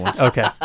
Okay